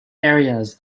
areas